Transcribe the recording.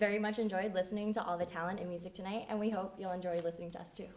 very much enjoyed listening to all the talent in music today and we hope you'll enjoy listening to us too